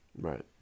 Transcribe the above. Right